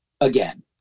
again